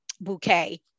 bouquet